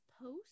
post